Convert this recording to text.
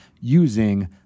using